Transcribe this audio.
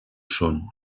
són